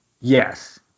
Yes